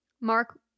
Mark